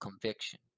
conviction